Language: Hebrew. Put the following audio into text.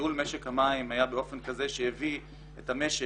שניהול משק המים היה באופן כזה שהביא את המשק